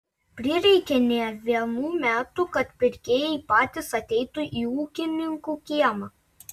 prireikė ne vienų metų kad pirkėjai patys ateitų į ūkininkų kiemą